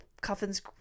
coffins